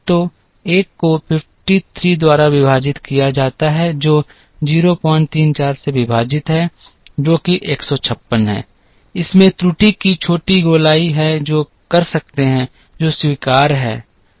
तो 1 को 53 द्वारा विभाजित किया गया है जो 034 से विभाजित है जो कि 156 है इसमें त्रुटि की छोटी गोलाई है जो कर सकते हैं जो स्वीकार्य है